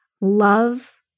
Love